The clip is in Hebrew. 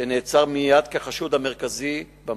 שנעצר מייד כחשוד המרכזי במעשה.